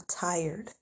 tired